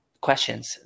questions